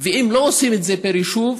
ואם לא עושים את זה פר ישוב,